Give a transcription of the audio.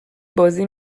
بازی